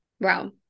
Wow